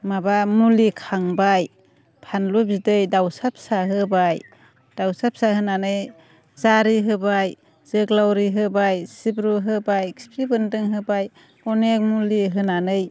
माबा मुलि खांबाय फानलु बिदै दाउसा फिसा होबाय दाउसा फिसा होनानै जारि होबाय जोग्लावरि होबाय सिब्रु होबाय खिफि बोन्दों होबाय अनेख मुलि होनानै